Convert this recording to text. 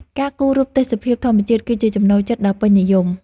ការគូររូបទេសភាពធម្មជាតិគឺជាចំណូលចិត្តដ៏ពេញនិយម។